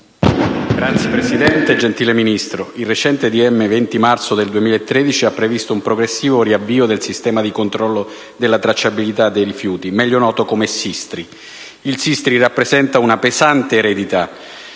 Signora Presidente, gentile Ministro, il recente decreto ministeriale 20 marzo 2013 ha previsto un progressivo riavvio del sistema di controllo della tracciabilità dei rifiuti, meglio noto come SISTRI. Il SISTRI rappresenta una pesante eredità.